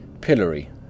Pillory